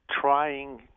trying